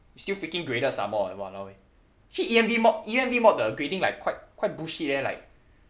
it's still freaking graded some more eh !walao! eh actually E_M_D mod E_M_D mod the grading like quite quite bullshit eh like